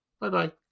Bye-bye